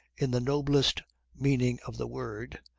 in the noblest meaning of the word,